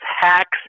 hacks